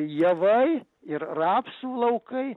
javai ir rapsų laukai